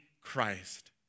Christ